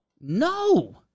No